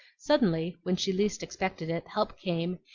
suddenly, when she least expected it, help came,